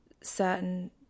certain